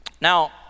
Now